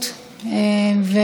אדם יוצא דופן.